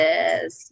Yes